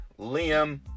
Liam